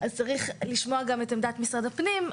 ולכן צריך לשמוע גם את עמדת משרד הפנים.